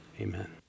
Amen